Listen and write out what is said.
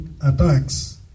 attacks